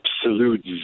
absolute